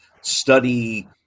study